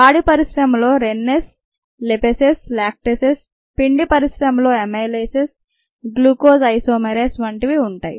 పాడి పరిశ్రమలో rennin lipases lactases పిండి పరిశ్రమలో అమైలేసెస్ గ్లూకోజ్ ఐసోమేరాస్ వంటివి ఉంటాయి